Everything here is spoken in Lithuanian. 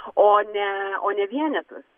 o ne o ne vienetus